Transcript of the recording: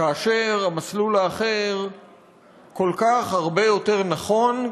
כאשר המסלול האחר כל כך הרבה יותר נכון,